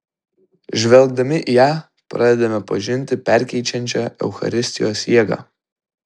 žvelgdami į ją pradedame pažinti perkeičiančią eucharistijos jėgą